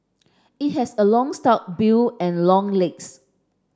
it has a long stout bill and long legs